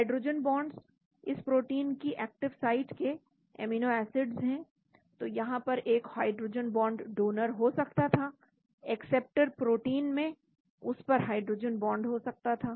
hydrogen bonds इस protein की active site के अमीनो एसिड्स हैं तो यहां पर एक हाइड्रोजन बॉन्ड डोनर हो सकता था एक्सेप्टर प्रोटीन में उस पर हाइड्रोजन बॉन्ड हो सकता था